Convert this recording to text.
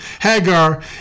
Hagar